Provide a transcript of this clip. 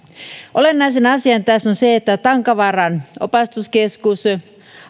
olennaisin asia tässä on se että tankavaaran opastuskeskus